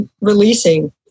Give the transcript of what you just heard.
releasing